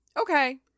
Okay